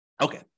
Okay